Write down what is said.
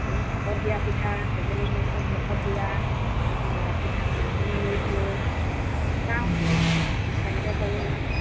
এই ভাপত দিয়া পিঠা টেকেলি মুখ মুখত দিয়া তাৰপিছত পিঠা বনাবলৈ লৈছোঁ চাওঁ কি কেনেকৈ কৰোঁ